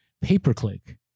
Pay-per-click